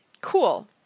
Cool